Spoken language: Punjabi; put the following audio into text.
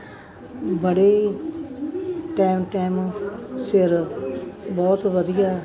ਬੜੇ ਟੈਮ ਟੈਮ ਸਿਰ ਬਹੁਤ ਵਧੀਆ